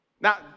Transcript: Now